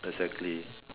exactly